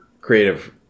creative